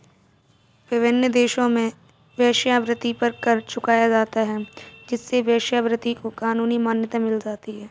विभिन्न देशों में वेश्यावृत्ति पर कर चुकाया जाता है जिससे वेश्यावृत्ति को कानूनी मान्यता मिल जाती है